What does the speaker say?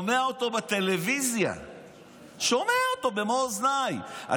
אני שומע אותו בטלוויזיה במו אוזניי,